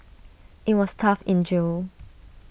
IT was tough in jail